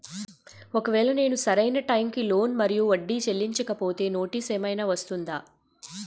ఒకవేళ నేను సరి అయినా టైం కి లోన్ మరియు వడ్డీ చెల్లించకపోతే నోటీసు ఏమైనా వస్తుందా?